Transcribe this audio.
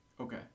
Okay